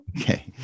Okay